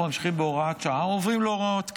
ממשיכים בהוראת שעה או עוברים להוראות קבע.